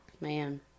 man